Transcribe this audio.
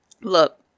Look